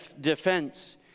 defense